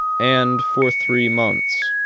and for three months.